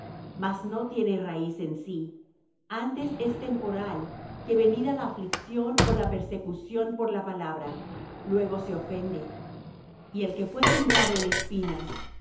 mas no tiene raíz en sí antes es temporal que venida la aflicción ó la persecución por la palabra luego se ofende y el que fué sembrado en espinas